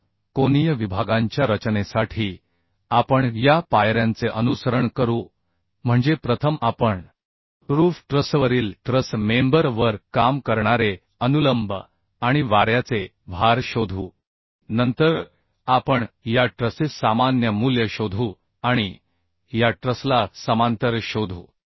तर कोनीय विभागांच्या रचनेसाठी आपण या पायऱ्यांचे अनुसरण करू म्हणजे प्रथम आपण रूफ ट्रसवरील ट्रस मेंबर वर काम करणारे अनुलंब आणि वाऱ्याचे भार शोधू नंतर आपण या ट्रसचे सामान्य मूल्य शोधू आणि या ट्रसला समांतर शोधू